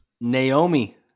Naomi